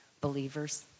believers